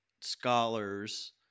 scholars